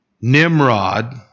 Nimrod